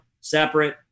separate